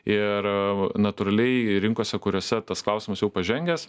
ir natūraliai rinkose kuriose tas klausimas jau pažengęs